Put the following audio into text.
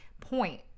point